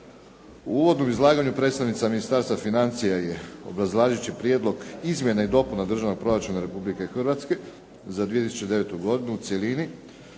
U uvodnom izlaganju predstavnica Ministarstva financija je obrazlažući Prijedlog izmjena i dopuna Državnog proračuna Republike Hrvatske za 2009. godinu u cjelini